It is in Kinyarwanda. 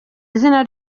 izina